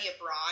abroad